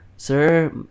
Sir